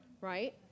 right